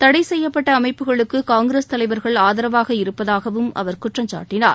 தடை செய்யப்பட்ட அமைப்புகளுக்கு காங்கிரஸ் தலைவர்கள் ஆதரவாக இருப்பதாகவும் அவர் குற்றம் சாட்டினார்